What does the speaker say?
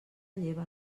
lleva